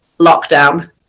Lockdown